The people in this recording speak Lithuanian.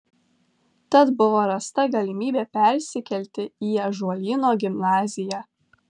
tad buvo rasta galimybė persikelti į ąžuolyno gimnaziją